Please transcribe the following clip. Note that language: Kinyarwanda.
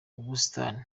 ubusitani